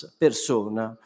persona